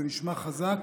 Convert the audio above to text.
זה נשמע חזק,